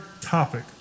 topic